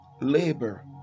labor